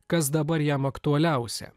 kas dabar jam aktualiausia